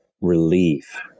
relief